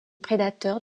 prédateurs